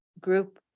group